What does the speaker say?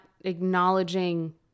acknowledging